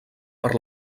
per